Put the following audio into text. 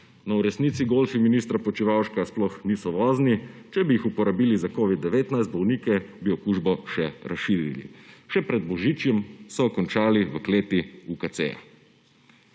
V resnici golfi ministra Počivalška sploh niso vozni. Če bi jih uporabili za covid-19 bolnike, bi okužbo še razširili. Še pred božičem so končali v kleti UKC.